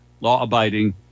law-abiding